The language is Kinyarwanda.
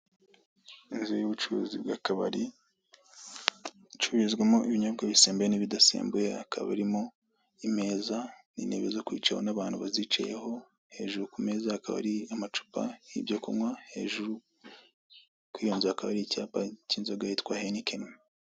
Inzu y'ubucuruzi bw'akabari icurizwamo ibinyobwa bisembuye n'ibidasembuye, hakaba harimo imeza n'intebe zo kwicaho n'abantu bazicayeho, hejuru ku meza akaba ari amacupa y'ibyo kunywa hejuru kuri iyo nzu hakaba hari icyapa cy'inzoga yitwa heineken.